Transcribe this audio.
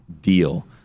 deal